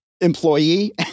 employee